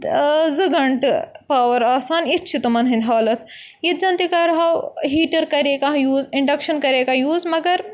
زٕ گَنٹہٕ پاوَر آسان یِتھۍ چھِ تمَن ہٕنٛدۍ حالت ییٚتہِ زَن تہِ کَرہو ہیٖٹَر کَرے کانٛہہ یوٗز اِنڈَکشَن کَرے کانٛہہ یوٗز مگر